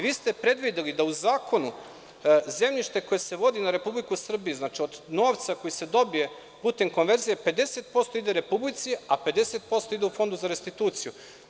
Vi ste predvideli da u zakonu zemljište koje se vodi na Republiku Srbiju, od novca koji se dobije putem konverzije, 50% ide Republici, a 50% ide u Fond za restituciju.